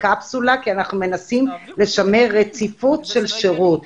בקפסולה כי אנחנו מנסים לשמר רציפות של שירות,